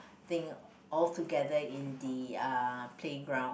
thing altogether in the uh playground